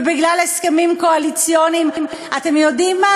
ובגלל הסכמים קואליציוניים, אתם יודעים מה?